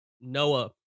Noah